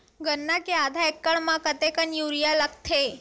गन्ना के आधा एकड़ म कतेकन यूरिया लगथे?